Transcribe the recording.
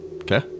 Okay